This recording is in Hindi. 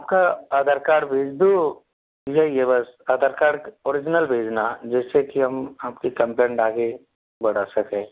आपका आधार कार्ड भेज दो यही है बस आधार कार्ड ओरिजिनल भेजना जिससे कि हम आपकी कंप्लेंट आगे बढ़ा सके